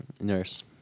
Nurse